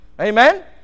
Amen